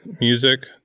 Music